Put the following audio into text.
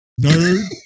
Nerd